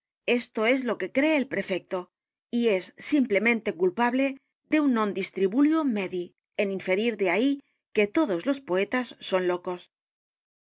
esto es lo que cree el prefecto y es simplemente culpable de un non distributio medii en inferir de ahí que todos los poetas son locos p